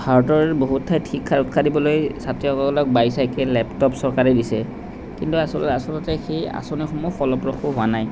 ভাৰতৰ বহুত ঠাইত শিক্ষাত উৎসাহ দিবলৈ ছাত্ৰীসকলক বাইচাইকেল লেপটপ চৰকাৰে দিছে কিন্তু আচলে আচলতে সেই আঁচনিসমূহ ফলপ্ৰসু হোৱা নাই